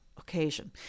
occasion